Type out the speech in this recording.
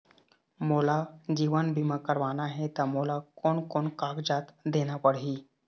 मोला जीवन बीमा करवाना हे ता मोला कोन कोन कागजात देना पड़ही?